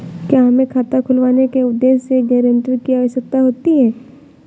क्या हमें खाता खुलवाने के उद्देश्य से गैरेंटर की आवश्यकता होती है?